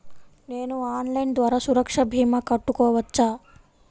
నేను ఆన్లైన్ ద్వారా సురక్ష భీమా కట్టుకోవచ్చా?